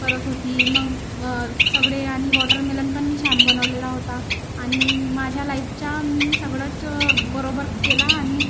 करत होती मग सगळे आणि वॉटरमेलन पण मी छान बनवलेला होता आणि माझ्या लाईपच्या मी सगळंच बरोबर केला आणि